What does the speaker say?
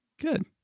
Good